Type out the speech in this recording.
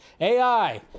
AI